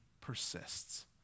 persists